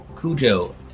Cujo